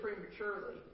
prematurely